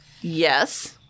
Yes